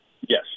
Yes